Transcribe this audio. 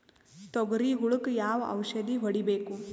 ತೊಗರಿ ಹುಳಕ ಯಾವ ಔಷಧಿ ಹೋಡಿಬೇಕು?